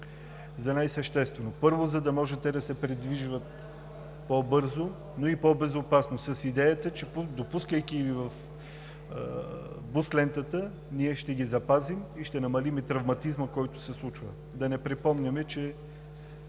за най-съществено, първо, за да може те да се придвижват по-бързо, но и по-безопасно, с идеята, че, допускайки ги в бус лентата, ние ще ги запазим и ще намалим и травматизма, който се случва. Да не припомняме, че